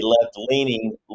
left-leaning